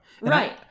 Right